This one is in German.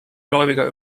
gläubiger